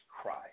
cry